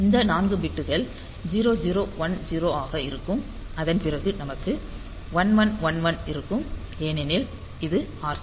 இந்த 4 பிட்கள் 0010 ஆக இருக்கும் அதன் பிறகு நமக்கு 1111 இருக்கும் ஏனெனில் இது R7